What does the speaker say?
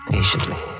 Patiently